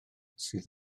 sydd